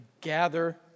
gather